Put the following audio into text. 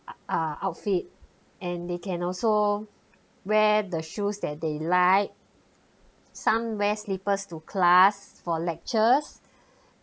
err outfit and they can also wear the shoes that they like some wear slippers to class for lectures